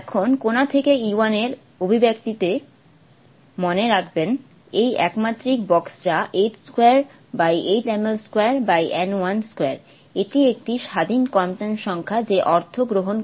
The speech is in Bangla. এখন কণা থেকে E 1 এর অভিব্যক্তিটি মনে রাখবেন এই একমাত্রিক বক্স যা h28m L2n 12 এটি একটি স্বাধীন কোয়ান্টাম সংখ্যা যে অর্থ গ্রহণ করে